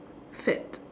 fad